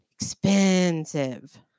expensive